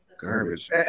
garbage